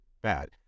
bad